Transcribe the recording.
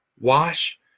Wash